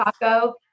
taco